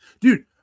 Dude